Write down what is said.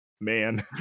man